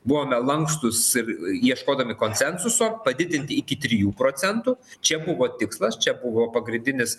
buvome lankstūs ir ieškodami konsensuso padidinti iki trijų procentų čia buvo tikslas čia buvo pagrindinis